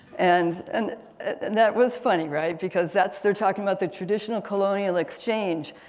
and and and that was funny right because that's, their talking about their traditional colonial exchange.